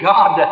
God